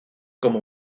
como